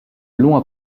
long